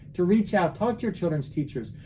to reach out, talk to your children's teachers,